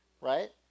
right